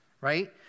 right